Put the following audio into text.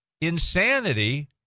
insanity